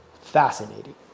fascinating